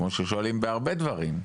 כמו ששואלים בהרבה דברים,